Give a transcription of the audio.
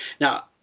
Now